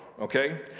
okay